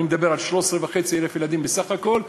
אני מדבר על 13,500 ילדים בסך הכול,